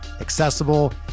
accessible